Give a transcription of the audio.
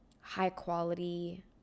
high-quality